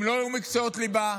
אם לא יהיו מקצועות ליבה,